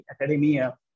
academia